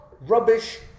rubbish